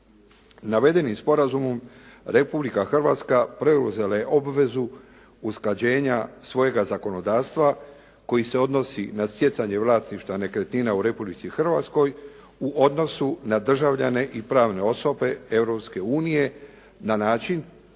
Navedenim sporazumom Republika Hrvatska preuzela je obvezu usklađenja svojega zakonodavstva koji se odnosi na stjecanje vlasništva nekretnina u Republici Hrvatskoj u odnosu na državljane i pravne osobe Europske